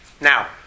Now